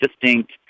distinct